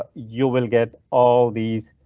ah you will get all these.